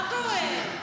מה קורה?